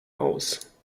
aus